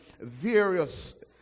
various